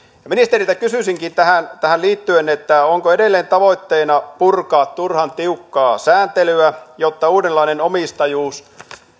ministeriltä kysyisinkin tähän tähän liittyen onko edelleen tavoitteena purkaa turhan tiukkaa sääntelyä jotta uudenlainen omistajuus